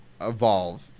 evolve